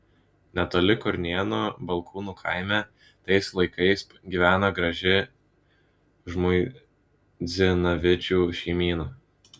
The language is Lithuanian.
netoli kurnėnų balkūnų kaime tais laikais gyveno graži žmuidzinavičių šeimyna